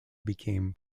became